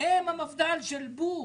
הם המפד"ל של בורג.